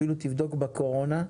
אפילו תבדוק בקורונה,